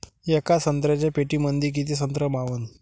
येका संत्र्याच्या पेटीमंदी किती संत्र मावन?